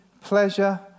pleasure